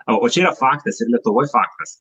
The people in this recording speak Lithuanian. o čia yra faktas ir lietuvoj faktas